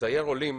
לצייר עולים